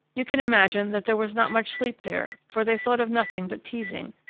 you can imagine that there was not much sleep there, for they thought of nothing but teasing,